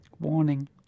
Warning